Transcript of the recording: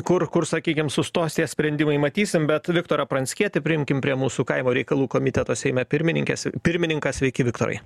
kur kur sakykim sustos tie sprendimai matysim bet viktorą pranckietį priimkim prie mūsų kaimo reikalų komiteto seime pirmininkės pirmininką sveiki viktorai